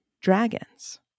Dragons